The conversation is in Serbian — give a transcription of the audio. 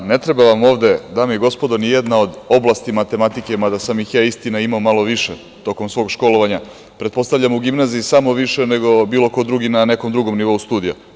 Ne treba vam ovde, dame i gospodo ni jedna od oblasti matematike mada sam ih imao istina malo više tokom svog školovanja, pretpostavljam u gimnaziji više nego bilo ko drugi na nekom nivou studija.